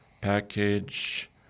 Package